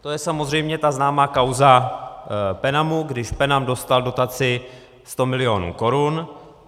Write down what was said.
To je samozřejmě ta známá kauza Penamu, když Penam dostal dotaci 100 milionů korun.